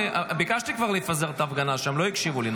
ביקשתי כבר לפזר את ההפגנה שם, לא הקשיבו לי.